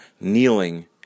kneeling